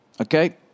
Okay